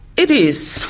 it is,